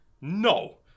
no